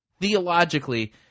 Theologically